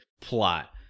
plot